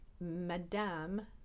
Madame